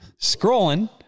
Scrolling